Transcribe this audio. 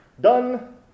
done